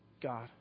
God